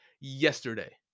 yesterday